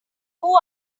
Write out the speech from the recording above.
who